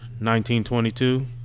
1922